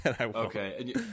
Okay